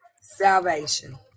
salvation